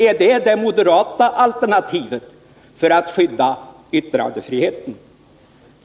Är detta det moderata alternativet för att skydda yttrandefriheten?